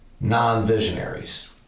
non-visionaries